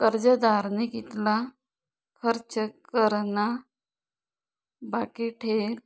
कर्जदारनी कितला खर्च करा ना बाकी ठेल